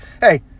hey